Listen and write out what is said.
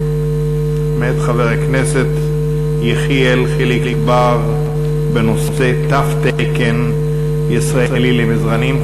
מאת חבר הכנסת יחיאל חיליק בר בנושא: תו תקן ישראלי למזרנים.